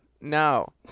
No